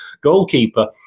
goalkeeper